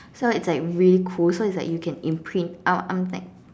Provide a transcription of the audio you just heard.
so it's like really cool so it's like you can imprint out something